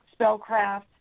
spellcraft